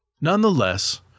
Nonetheless